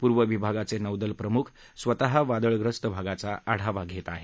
पूर्व विभागाचे नौदल प्रमुख स्वतः वादळग्रस्त भागाचा आढावा घेत आहेत